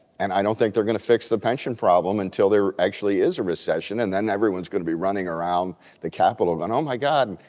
and i don't think they're going to fix the pension problem until there actually is a recession and then everyone's going to be running around the capitol and oh, my god,